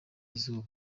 izuba